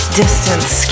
distance